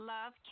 Love